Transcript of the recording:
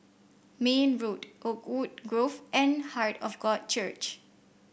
Mayne Road Oakwood Grove and Heart of God Church